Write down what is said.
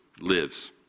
lives